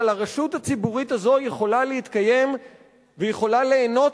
אבל הרשות הציבורית הזאת יכולה להתקיים ויכולה ליהנות